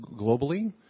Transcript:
Globally